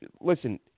listen